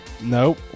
Nope